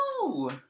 No